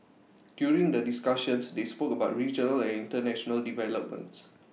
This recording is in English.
during the discussions they spoke about regional and International developments